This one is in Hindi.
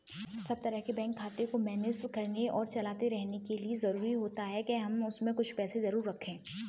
सब तरह के बैंक खाते को मैनेज करने और चलाते रहने के लिए जरुरी होता है के हम उसमें कुछ पैसे जरूर रखे